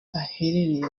gaherereye